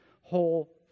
whole